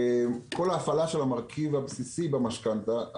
כל ההפעלה של המרכיב הבסיסי במשכנתא,